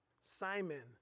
Simon